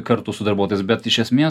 kartu su darbuotojais bet iš esmės